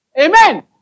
Amen